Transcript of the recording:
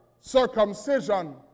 circumcision